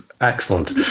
excellent